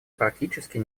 практически